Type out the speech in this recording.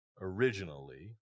originally